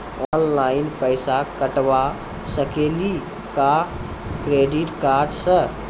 Online पैसा कटवा सकेली का क्रेडिट कार्ड सा?